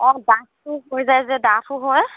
অঁ ডাঠো হৈ যায় যে ডাঠো হয়